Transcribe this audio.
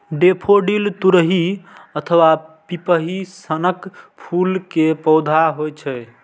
daffodil तुरही अथवा पिपही सनक फूल के पौधा होइ छै